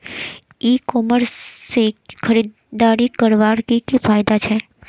ई commerce से खरीदारी करवार की की फायदा छे?